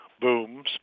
booms